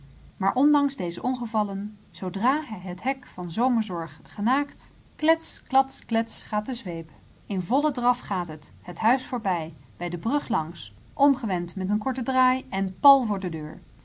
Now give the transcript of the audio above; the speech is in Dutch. maar ondanks deze ongevallen zoodra hij het hek van zomerzorg genaakt klets klats klets gaat de zweep in vollen draf gaat het het huis voorbij bij de brug langs omgewend met een korten draai en pal voor de deur